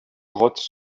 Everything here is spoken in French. grottes